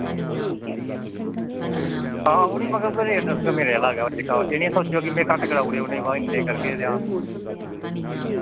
हां उ'नें मगर उऐ रेट दस्सेओ मेरे आह्ला गै जेह्का एह् नि सोच्चेओ कि मैं घट्ट कराउड़े उ'नें वा इन्ने करगे जां